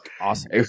Awesome